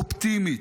אופטימית,